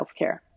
healthcare